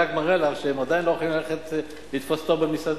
זה רק מראה לך שהם עדיין לא יכולים ללכת לתפוס תור במסעדה.